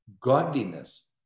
godliness